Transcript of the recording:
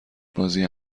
بازی